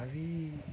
ତଥାପି